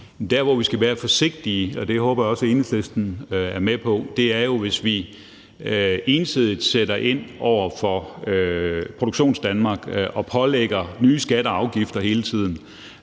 Der, hvor vi skal være forsigtige – og det håber jeg også at Enhedslisten er med på – er jo, hvis vi ensidigt sætter ind over for Produktionsdanmark og pålægger nye skatter og afgifter hele tiden,